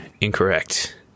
Incorrect